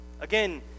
again